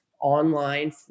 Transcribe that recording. online